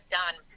done